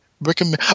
recommend